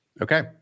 Okay